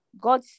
god